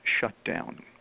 shutdown